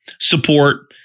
support